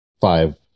five